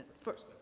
first